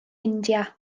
india